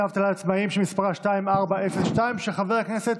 דמי אבטלה לעצמאים) של חבר הכנסת